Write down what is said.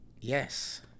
yes